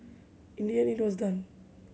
in the end it was done